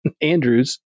Andrews